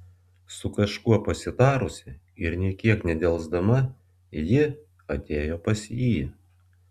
su kažkuo pasitarusi ir nė kiek nedelsdama ji atėjo pas jį